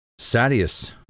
Sadius